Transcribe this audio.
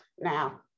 now